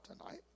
tonight